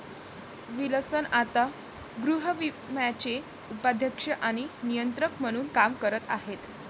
Wilson आता गृहविम्याचे उपाध्यक्ष आणि नियंत्रक म्हणून काम करत आहेत